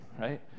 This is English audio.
right